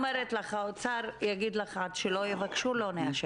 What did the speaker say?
האוצר יגיד עד שלא יבקשו לא נאשר.